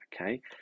Okay